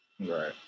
Right